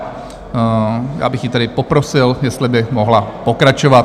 Já bych ji tedy poprosil, jestli by mohla pokračovat.